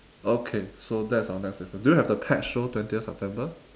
okay so that's our next diffidence do you have the pet show twentieth september